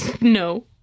No